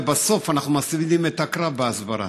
ובסוף אנחנו מפסידים את הקרב בהסברה.